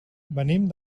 venim